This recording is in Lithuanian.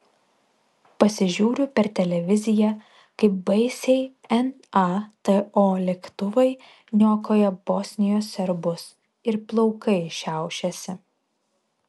pasižiūriu per televiziją kaip baisiai nato lėktuvai niokoja bosnijos serbus ir plaukai šiaušiasi